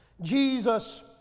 Jesus